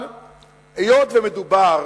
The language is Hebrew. אבל היות שמדובר